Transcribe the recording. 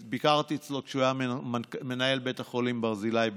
ביקרתי אצלו כשהוא היה מנהל בית החולים ברזילי באשקלון,